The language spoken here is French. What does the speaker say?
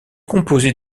composée